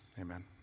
Amen